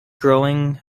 growing